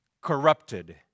corrupted